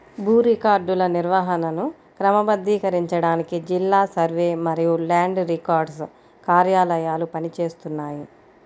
భూ రికార్డుల నిర్వహణను క్రమబద్ధీకరించడానికి జిల్లా సర్వే మరియు ల్యాండ్ రికార్డ్స్ కార్యాలయాలు పని చేస్తున్నాయి